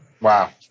Wow